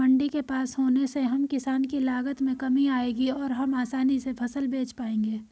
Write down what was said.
मंडी के पास होने से हम किसान की लागत में कमी आएगी और हम आसानी से फसल बेच पाएंगे